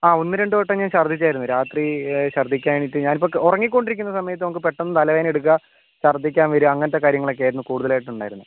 ആ ഒന്നുരണ്ടു വട്ടം ഞാൻ ഛർദിച്ചായിരുന്നു രാത്രി ഛർദിക്കാനായിട്ട് ഞാനിപ്പം ഉറങ്ങിക്കൊണ്ടിരിക്കുന്ന സമയത്ത് നമുക്ക് പെട്ടെന്ന് തലവേദനയെടുക്കുക ശർദിക്കാൻ വരുക അങ്ങനത്തെ കാര്യങ്ങളൊക്കെയായിരുന്നു കൂടുതലായിട്ട് ഉണ്ടായിരുന്നത്